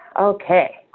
Okay